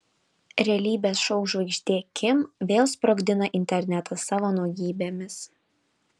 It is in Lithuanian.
realybės šou žvaigždė kim vėl sprogdina internetą savo nuogybėmis